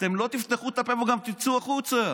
אתם לא תפתחו את הפה וגם תצאו החוצה.